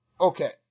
Okay